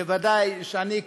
ודאי שאני,